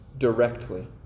Directly